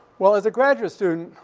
well, as a graduate student,